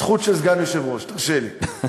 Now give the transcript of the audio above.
זכות של סגן יושב-ראש, תרשה לי.